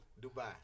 Dubai